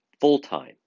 full-time